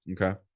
Okay